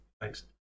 Thanks